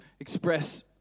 Express